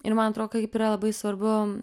ir man atrodo kaip yra labai svarbu